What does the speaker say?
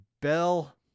Bell